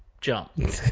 jump